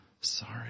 sorry